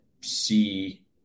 see